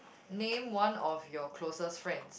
name one of your closest friends